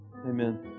Amen